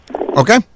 Okay